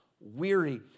weary